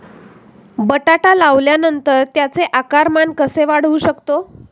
बटाटा लावल्यानंतर त्याचे आकारमान कसे वाढवू शकतो?